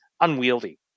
unwieldy